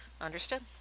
Understood